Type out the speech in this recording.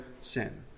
sin